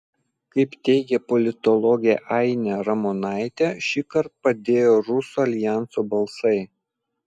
kaip teigia politologė ainė ramonaitė šįkart padėjo rusų aljanso balsai